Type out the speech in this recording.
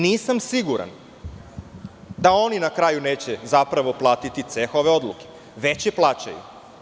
Nisam siguran da oni na kraju neće zapravo platiti ceh ove odluke, već je plaćaju.